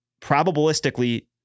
probabilistically